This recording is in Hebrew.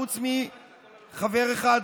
חוץ מחבר אחד,